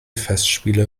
festspiele